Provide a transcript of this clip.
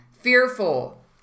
fearful